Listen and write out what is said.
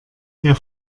der